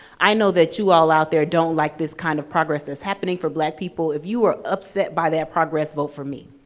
i know that you all out there don't like this kind of progress that's happening for black people. if you are upset by that progress, vote for me.